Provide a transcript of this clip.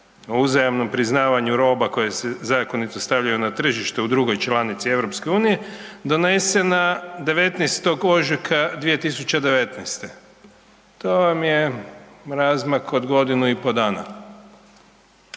o uzajamnom priznavanju roba koje se zakonito stavljaju na tržište u drugoj članici Europske unije donesena 19. ožujka 2019., to vam je razmak od godinu i pol dana.